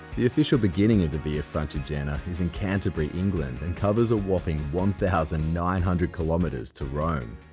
the official beginning of the via francigena is in canterbury, england and covers a whopping one thousand nine hundred kilometers to rome